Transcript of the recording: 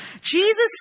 Jesus